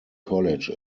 college